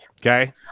Okay